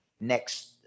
next